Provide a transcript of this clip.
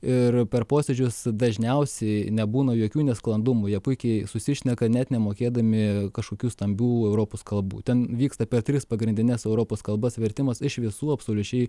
ir per posėdžius dažniausiai nebūna jokių nesklandumų jie puikiai susišneka net nemokėdami kažkokių stambių europos kalbų ten vyksta per tris pagrindines europos kalbas vertimas iš visų absoliučiai